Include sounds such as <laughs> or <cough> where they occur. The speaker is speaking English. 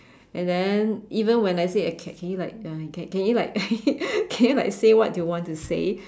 and then even when I say I can can you like uh can can you like <laughs> can you like say what do you want to say